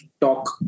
talk